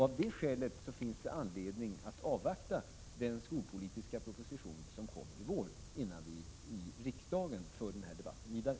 Av det skälet finns det anledning för oss att avvakta den skolpolitiska proposition som kommer att läggas fram till våren, innan vi i riksdagen för denna debatt vidare.